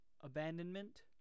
abandonment